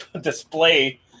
display